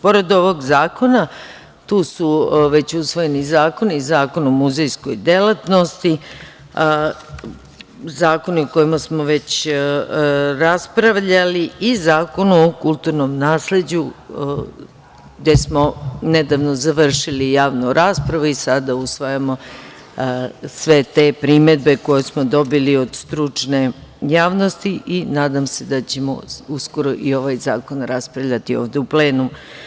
Pored ovog zakona, tu su već usvojeni zakoni, Zakon o muzejskoj delatnosti, zakoni o kojima smo već raspravljali, i Zakon o kulturnom nasleđu, gde smo nedavno završili javnu raspravu i sada usvajamo sve te primedbe koje smo dobili od stručne javnosti i nadam se da ćemo uskoro i ovaj zakon raspravljati ovde u plenumu.